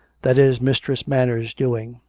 that is mistress manners' doing.